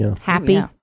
happy